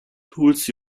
tools